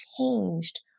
changed